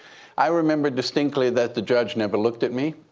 i remember distinctly that the judge never looked at me.